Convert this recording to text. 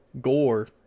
Gore